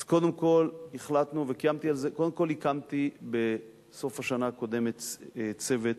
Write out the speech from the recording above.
אז קודם כול הקמתי בסוף השנה הקודמת צוות.